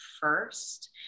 first